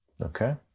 Okay